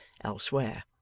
elsewhere